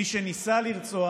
מי שניסה לרצוח,